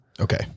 Okay